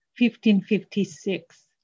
1556